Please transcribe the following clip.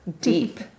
deep